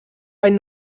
ein